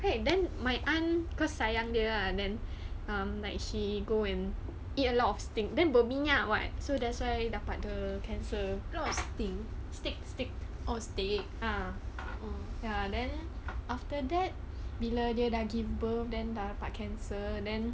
K then my aunt cause sayang dia ah then I'm like she go and eat a lot of steak then berminyak [what] so that's why dapat the cancer steak steak ya then after that bila dia dah give birth then dapat cancer then